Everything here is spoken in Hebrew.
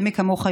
ומי כמוך יודע,